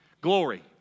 Glory